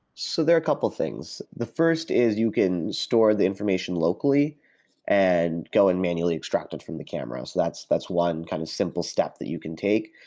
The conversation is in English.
so there are a couple things. the first is you can store the information locally and go and manually extract it from the cameras. that's that's one kind of simple step that you can take.